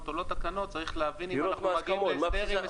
או לא צריך להבין אם אנחנו מגיעים להסדר.